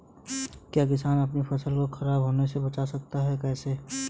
क्या किसान अपनी फसल को खराब होने बचा सकते हैं कैसे?